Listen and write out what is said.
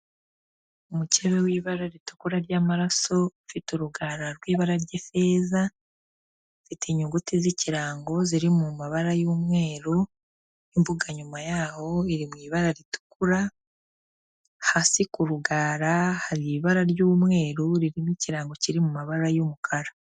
Umukebe w'ibara ritukura ry'amaraso, ufite urugara rw'ibara ry'ifeza, ufite inyuguti z'ikirango ziri mu mabara y'umweru, imbuga nyuma yaho iri mu ibara ritukura hasi ku rugara hari ibara ry'umweru ririmo ikirango kiri mu mabara y'umukara.